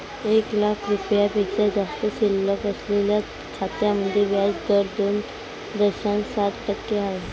एक लाख रुपयांपेक्षा जास्त शिल्लक असलेल्या खात्यांमध्ये व्याज दर दोन दशांश सात टक्के आहे